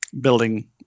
building